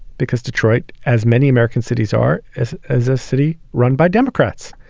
because detroit, as many american cities, are as as a city run by democrats.